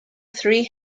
three